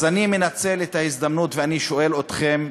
אז אני מנצל את ההזדמנות ואני שואל אתכם,